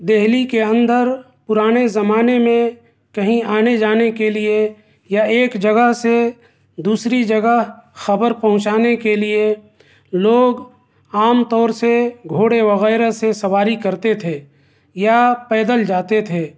دہلی کے اندر پرانے زمانے میں کہیں آنے جانے کے لیے یا ایک جگہ سے دوسری جگہ خبر پہنچانے کے لیے لوگ عام طور سے گھوڑے وغیرہ سے سواری کرتے تھے یا پیدل جاتے تھے